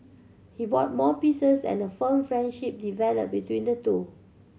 he bought more pieces and a firm friendship developed between the two